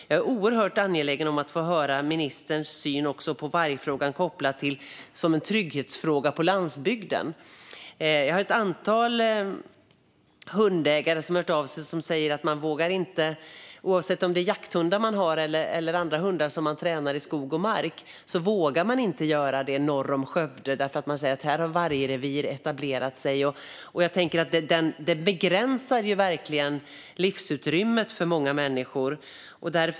Jag är mycket angelägen om att få höra ministerns syn på vargen kopplat till tryggheten på landsbygden. Ägare till jakthundar och andra hundar vågar inte träna sina hundar i skog och mark norr om Skövde eftersom varg etablerat sig där. Detta begränsar livsutrymmet för många människor.